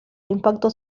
impacto